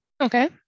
Okay